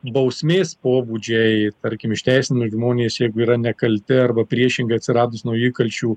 bausmės pobūdžiai tarkim išteisinami žmonės jeigu yra nekalti arba priešingai atsiradus naujų įkalčių